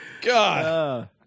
God